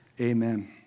amen